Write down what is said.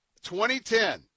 2010